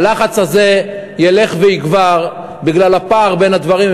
הלחץ הזה ילך ויגבר בגלל הפער בין הדברים.